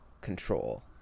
control